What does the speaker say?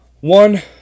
one